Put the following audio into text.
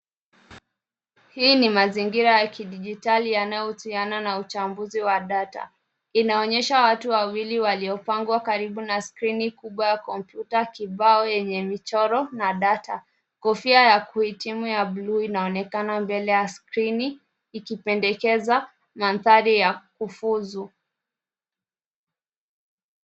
Hii ni mazingira ya kidijitali yanayohusiana na uchambuzi wa data . Inaonyesha watu wawili waliopangwa karibu na kompyuta kubwa, kibao yenye michoro na data . Kofia ya kuhitimu ya blue inaonekana mbele ya skrini, ikipendekeza mandhari ya kufuzu.